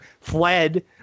fled